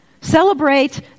Celebrate